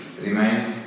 remains